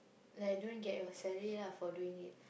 like don't get your salary lah for doing it